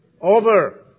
Over